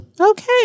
Okay